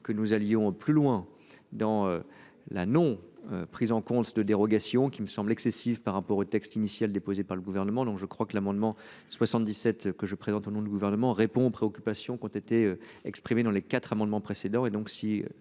que nous allions plus loin dans la non prise en compte de dérogations qui me semble excessif par rapport au texte initial déposé par le gouvernement. Donc je crois que l'amendement 77 que je présente au nom du gouvernement répond aux préoccupations qui ont été exprimées dans les quatre amendements précédents et donc si.